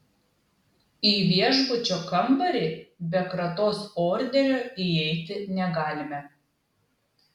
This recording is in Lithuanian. į viešbučio kambarį be kratos orderio įeiti negalime